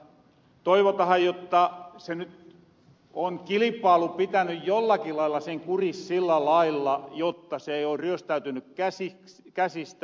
se on karu totuus mutta toivotahan jotta nyt on kilipailu pitänyt sen jollakin lailla kurissa sillä lailla jotta se ei ole ryöstäytynyt käsistä